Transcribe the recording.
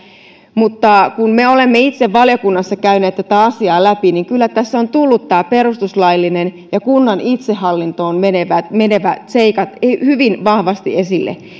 mutta kun me olemme itse valiokunnassa käyneet tätä asiaa läpi niin kyllä tässä ovat tulleet perustuslailliset ja kunnan itsehallintoon menevät menevät seikat hyvin vahvasti esille